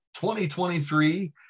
2023